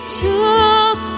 took